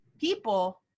people